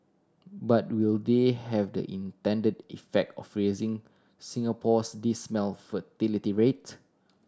but will they have the intended effect of raising Singapore's dismal fertility rate